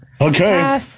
Okay